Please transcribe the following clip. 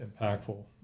impactful